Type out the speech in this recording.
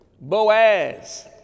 Boaz